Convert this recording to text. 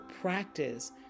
practice